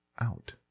out